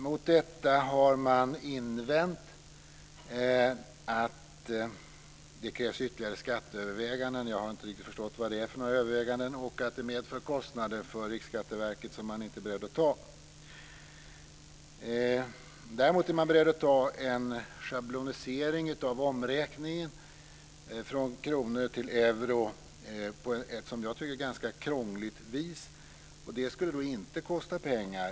Mot detta har det invänts att det krävs ytterligare skatteöverväganden - jag har inte riktigt förstått vad det är för överväganden - och att detta medför kostnader för Riksskatteverket som man inte är beredd att ta. Däremot är man beredd att ta en schablonisering av omräkningen från kronor till euro på ett som jag tycker ganska krångligt vis. Det skulle inte kosta pengar.